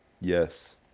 yes